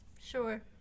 Sure